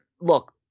look